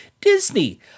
Disney